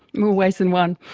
more ways than one.